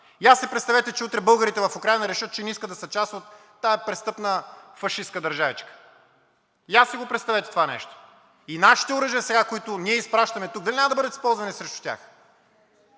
Я си представете, че утре българите в Украйна решат, че не искат да са част от тази престъпна фашистка държавичка! Я си го представете това нещо! И нашите оръжия сега, които ние изпращаме тук, дали няма да бъдат използвани срещу тях?!